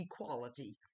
equality